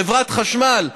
חברת חשמל.